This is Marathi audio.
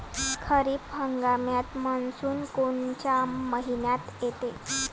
खरीप हंगामात मान्सून कोनच्या मइन्यात येते?